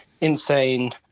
insane